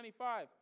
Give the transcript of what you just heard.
25